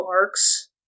arcs